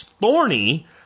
thorny